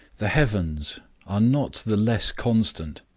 the heavens are not the less constant,